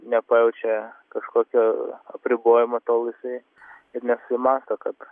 nepajaučia kažkokio apribojimo tol jisai ir nesusimąsto kad